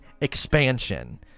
expansion